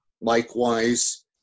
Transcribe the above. Likewise